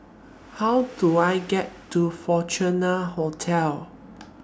How Do I get to Fortuna Hotel